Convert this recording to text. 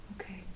Okay